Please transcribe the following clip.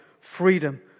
freedom